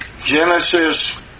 Genesis